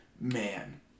man